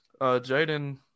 Jaden